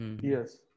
Yes